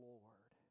Lord